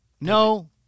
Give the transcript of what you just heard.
No